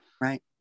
Right